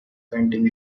painting